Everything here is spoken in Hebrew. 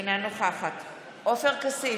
אינה נוכחת עופר כסיף,